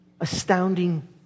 astounding